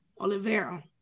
Olivero